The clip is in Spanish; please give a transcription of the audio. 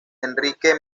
enrique